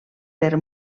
per